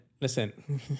listen